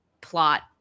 plot